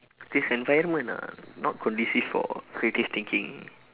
this environment ah not conducive for creative thinking